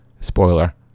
Spoiler